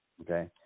Okay